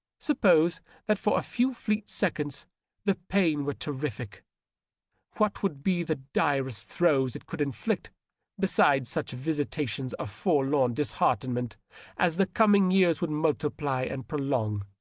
suppose that for a few fleet seconds the pain were terrific what would be the direst throes it could inflict beside such visitations of forlorn disheartenment as the coming years would multiply and prolong?